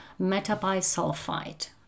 metabisulfite